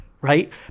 right